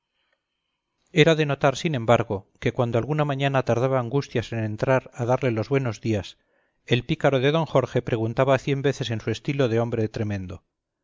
era de notar sin embargo que cuando alguna mañana tardaba angustias en entrar a darle los buenos días el pícaro de d jorge preguntaba cien veces en su estilo de hombre tremendo